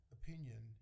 opinion